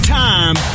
time